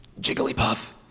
Jigglypuff